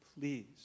please